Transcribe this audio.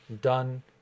done